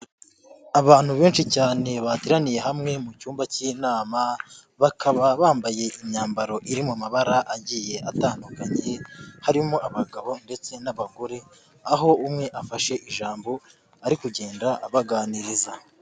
Abantu benshi cyane bateraniye hamwe mu cyumba k'inama bakaba bambaye imyambaro iri mu mabara agiye atandukanye, harimo abagabo ndetse n'abagore aho umwe afashe ijambo ari kugenda abaganiriza.